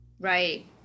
Right